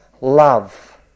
love